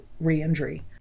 re-injury